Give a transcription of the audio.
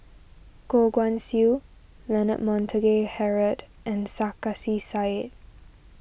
Goh Guan Siew Leonard Montague Harrod and Sarkasi Said